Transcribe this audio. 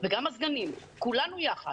וגם הסגנים, כולנו יחד